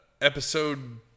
episode